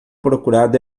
procurado